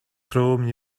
chrome